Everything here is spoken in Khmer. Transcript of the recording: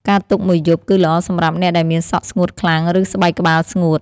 ការទុកមួយយប់ គឺល្អសម្រាប់អ្នកដែលមានសក់ស្ងួតខ្លាំង ឬស្បែកក្បាលស្ងួត។